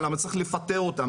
למה צריך לפטר אותם?